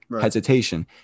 hesitation